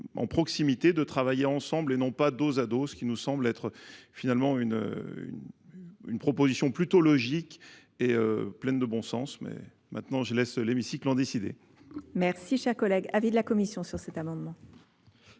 en proximité de travailler ensemble, et non pas dos à dos, ce qui nous semble être, finalement, une une une proposition plutôt logique et euhh, pleine de bon sens. Mais maintenant, je laisse l'hémicycle en décider. Cher collègue, avis de la commission sur cet amendement.